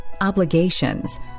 obligations